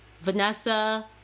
Vanessa